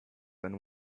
than